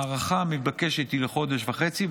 ההארכה המתבקשת היא לחודש וחצי.